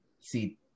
See